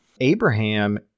Abraham